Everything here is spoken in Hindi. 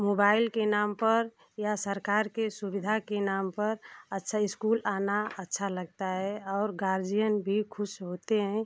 मोबाइल के नाम पर या सरकार के सुविधा के नाम पर अच्छा इस्कूल आना अच्छा लगता है और गार्जियन भी खुश होते हैं